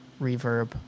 reverb